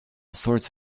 sorts